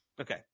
Okay